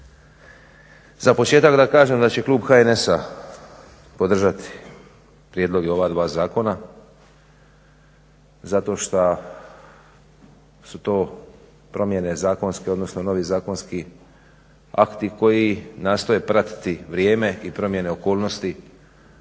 Za početak da kažem da će klub HNS-a podržati prijedloge ova dva zakona zato što su to promjene zakonske odnosno novi zakonski akti koji nastoje pratiti vrijeme i promjene okolnosti